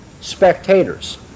spectators